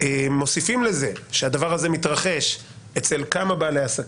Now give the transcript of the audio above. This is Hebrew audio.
ומוסיפים לזה שהדבר הזה מתרחש אצל כמה בעלי עסקים,